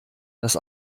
dass